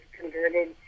converted